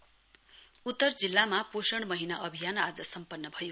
पोषण मन्थ उत्तर जिल्लामा पोषण महीना अभियान आज सम्पन्न भयो